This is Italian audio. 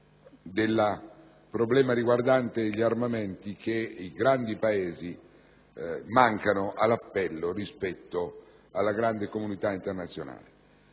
dei problemi riguardanti gli armamenti che i grandi Paesi mancano all'appello rispetto alla grande comunità internazionale.